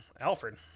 Alfred